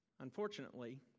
Unfortunately